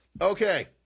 Okay